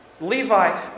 Levi